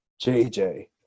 JJ